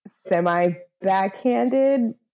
semi-backhanded